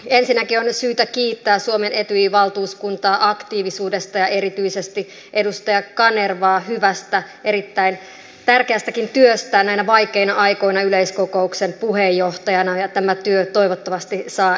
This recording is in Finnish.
ensinnäkin on syytä kiittää suomen etyjin valtuuskuntaa aktiivisuudesta ja erityisesti edustaja kanervaa hyvästä erittäin tärkeästäkin työstä näinä vaikeina aikoina yleiskokouksen puheenjohtajana ja tämä työ toivottavasti saa jatkoa